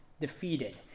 defeated